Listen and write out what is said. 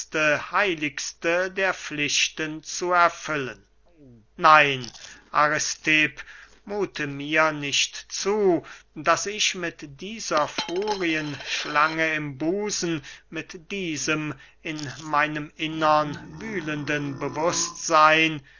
heiligste der pflichten zu erfüllen nein aristipp muthe mir nicht zu daß ich mit dieser furienschlange im busen mit diesem in meinem innern wühlenden bewußtseyn